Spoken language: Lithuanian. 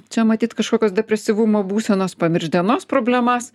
čia matyt kažkokios depresyvumo būsenos pamiršt dienos problemas